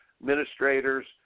administrators